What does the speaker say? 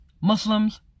Muslims